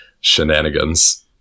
shenanigans